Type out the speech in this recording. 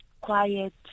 quiet